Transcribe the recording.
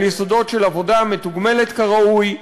על יסודות של עבודה מתוגמלת כראוי,